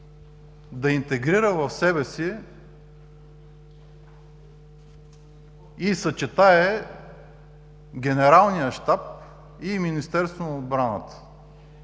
да интегрира в себе си и съчетае Генералния щаб и Министерството на отбраната.